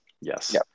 Yes